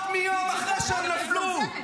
--- הם נרצחו בבודקה.